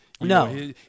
No